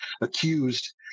accused